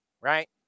right